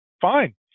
Fine